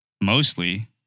mostly